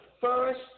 first